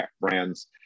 brands